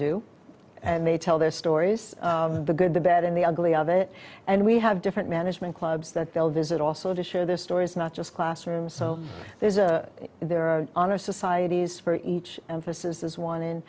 do and they tell their stories of the good the bad and the ugly of it and we have different management clubs that they'll visit also to share their stories not just classrooms so there's a there are honor societies for each emphasis is one